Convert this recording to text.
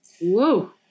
Whoa